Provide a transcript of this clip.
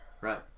Right